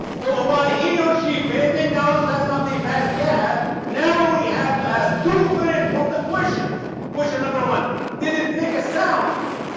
so why he or she painting down stand and up? they passed gas never we have to ask two very important questions question number one did it make a sound?